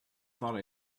thought